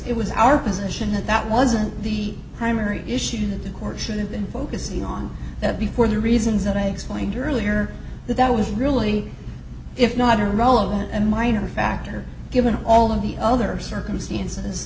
it was our position that that wasn't the primary issue that the court should have been focusing on that before the reasons that i explained earlier that that was really if not a relevant and minor factor given all of the other circumstances